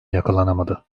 yakalanamadı